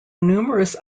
numerous